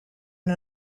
and